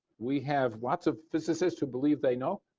we have lots of physicists who believe they know.